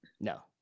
No